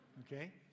Okay